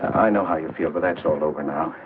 i know how you feel but that's all over now.